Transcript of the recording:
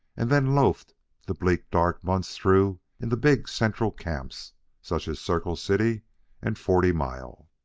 and then loafed the bleak, dark months through in the big central camps such as circle city and forty mile.